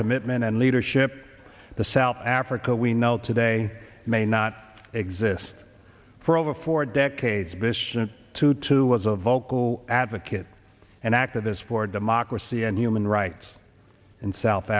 commitment and leadership the south africa we now today may not exist for over four decades bishop tutu was a vocal advocate and activists for democracy and human rights in south